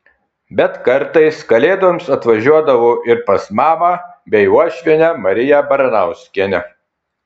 bet kartais kalėdoms atvažiuodavo ir pas mamą bei uošvienę mariją baranauskienę